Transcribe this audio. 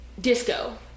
disco